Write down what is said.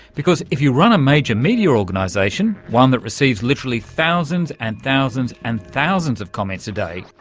because if you run a major media organisation, one that receives literally thousands and thousands and thousands of comments a day,